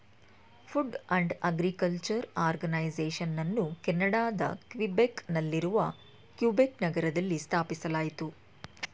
food and agriculture ಆರ್ಗನೈಸೇಷನನ್ನು ಕೆನಡಾದ Quebec ನಲ್ಲಿರುವ ಕ್ಯುಬೆಕ್ ನಗರದಲ್ಲಿ ಸ್ಥಾಪಿಸಲಾಯಿತು